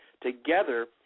together